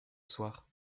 soir